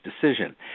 decision